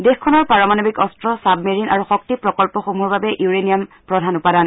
দেশখনৰ পাৰমাণৱিক অস্ত্ৰ ছাবমেৰিন আৰু শক্তি প্ৰকল্পসমূহৰ বাবে ইউৰেনিয়াম প্ৰধান উপাদান